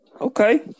Okay